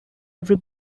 every